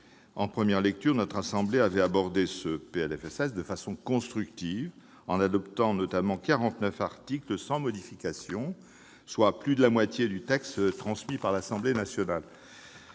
en première lecture, notre assemblée avait abordé ce texte de façon constructive, en adoptant notamment 49 articles sans modification, soit plus de la moitié du texte transmis par l'Assemblée nationale.